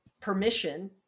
permission